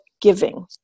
giving